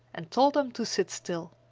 and told them to sit still.